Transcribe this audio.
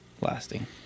lasting